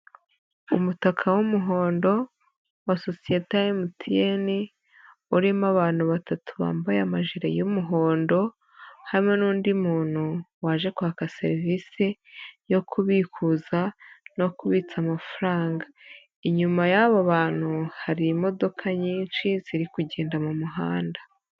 Umutaka w'umuhondo wa sosiyete ya MTN urimo abantu batatu bambaye amajire y'umuhondo, harimo n'undi muntu waje kwaka serivise yo kubikuza no kubitsa amafaranga, inyuma y'abo bantu hari imodoka nyinshi ziri kugenda mu muhanda.